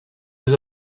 was